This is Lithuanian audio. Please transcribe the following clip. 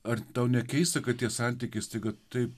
ar tau ne keista kad tie santykis tik taip